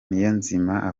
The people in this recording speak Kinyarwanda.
niyonzima